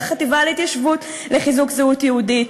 החטיבה להתיישבות לחיזוק זהות יהודית,